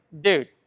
dude